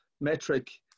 metric